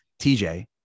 TJ